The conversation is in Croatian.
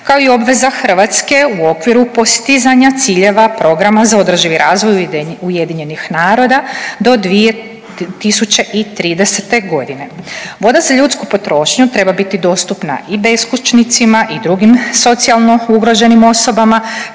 kao i obveza Hrvatske u okviru postizanja ciljeva Programa za održivi razvoj Ujedinjenih naroda do 2030. godine. Voda za ljudsku potrošnju treba biti dostupna i beskućnicima i drugim socijalno ugroženim osobama